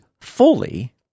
fully